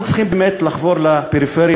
אנחנו צריכים באמת לחבור לפריפריה,